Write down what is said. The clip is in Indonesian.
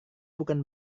bukan